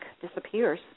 disappears